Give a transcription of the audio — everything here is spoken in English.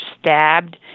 stabbed